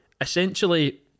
Essentially